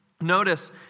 Notice